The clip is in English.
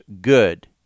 good